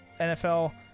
NFL